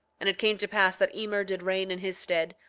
and it came to pass that emer did reign in his stead,